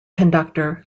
conductor